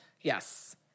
Yes